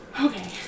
Okay